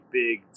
big